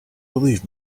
believe